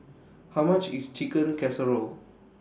How much IS Chicken Casserole